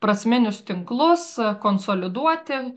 prasminius tinklus konsoliduoti